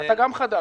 אתה גם חדש,